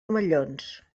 omellons